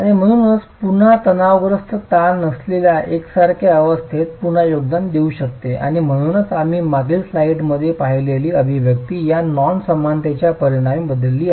आणि म्हणूनच पुन्हा तणावग्रस्त ताण नसलेल्या एकसारख्या अवस्थेत पुन्हा योगदान देऊ शकते आणि म्हणूनच आम्ही मागील स्लाइडमध्ये पाहिलेली अभिव्यक्ती या नॉन समानतेच्या परिणामासाठी बदलली आहे